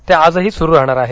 ते आजही सुरु राहणार आहे